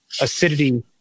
acidity